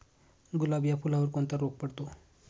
गुलाब या फुलावर कोणता रोग पडतो?